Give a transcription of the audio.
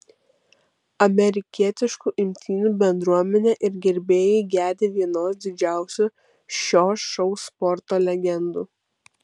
amerikietiškų imtynių bendruomenė ir gerbėjai gedi vienos didžiausių šio šou sporto legendų